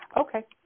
Okay